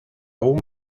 aún